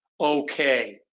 okay